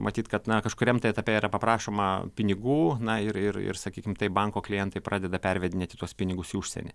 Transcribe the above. matyt kad na kažkuriam tai etape yra paprašoma pinigų na ir ir sakykim taip banko klientai pradeda pervedinėti tuos pinigus į užsienį